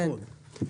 נכון.